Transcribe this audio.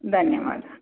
धन्यवादाः